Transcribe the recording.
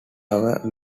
hour